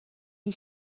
die